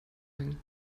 hängen